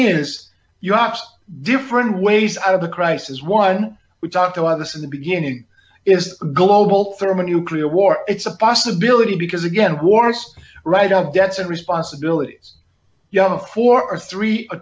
is you ops different ways out of the crisis one we talked about this in the beginning is a global thermonuclear war it's a possibility because again wars right up debts and responsibilities young for a three